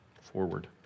forward